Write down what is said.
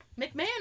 McMahon